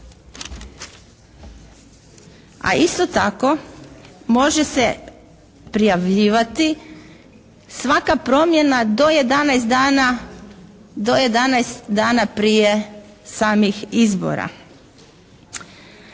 a isto tako može se prijavljivati svaka promjena do 11 dana prije samih izbora.